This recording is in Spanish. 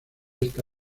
esta